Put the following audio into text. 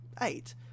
eight